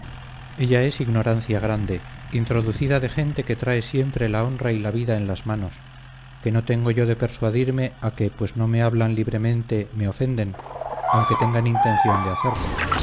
ella es ignorancia grande introducida de gente que trae siempre la honra y la vida en las manos que no tengo yo de persuadirme a que pues no me hablan libremente me ofenden aunque tengan intención de hacerlo